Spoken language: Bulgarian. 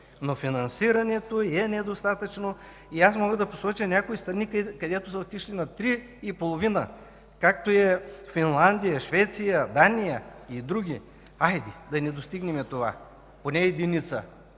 но финансирането е недостатъчно. Аз мога да посоча някои страни, където са отишли на 3,5%, както са Финландия, Швеция, Дания и други. Хайде, да не достигнем това, но поне единица!